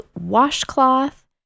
washcloth